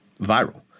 viral